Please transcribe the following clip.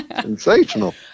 Sensational